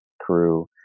crew